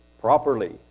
properly